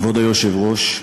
כבוד היושב-ראש,